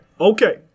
okay